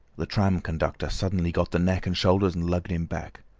the tram conductor suddenly got the neck and shoulders and lugged him back.